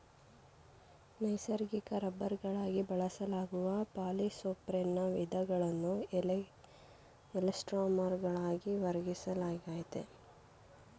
ನೈಸರ್ಗಿಕ ರಬ್ಬರ್ಗಳಾಗಿ ಬಳಸಲಾಗುವ ಪಾಲಿಸೊಪ್ರೆನ್ನ ವಿಧಗಳನ್ನು ಎಲಾಸ್ಟೊಮರ್ಗಳಾಗಿ ವರ್ಗೀಕರಿಸಲಾಗಯ್ತೆ